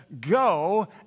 go